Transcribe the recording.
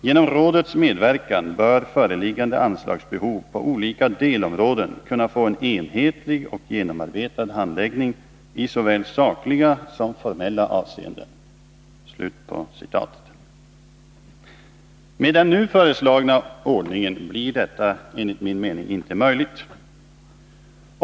—--- Genom rådets medverkan bör föreliggande anslagsbehov på olika delområden kunna få en enhetlig och genomarbetad handläggning i såväl sakliga som formella avseenden.” Med den nu föreslagna ordningen blir detta enligt min mening inte möjligt.